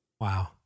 Wow